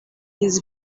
his